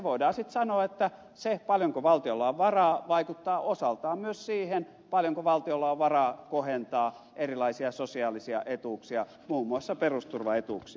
voidaan sitten sanoa että se paljonko valtiolla on varaa vaikuttaa osaltaan myös siihen paljonko valtiolla on varaa kohentaa erilaisia sosiaalisia etuuksia muun muassa perusturvaetuuksia